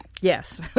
Yes